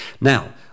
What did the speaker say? Now